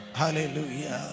hallelujah